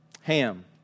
Ham